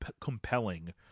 compelling